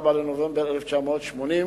24 בנובמבר 1980,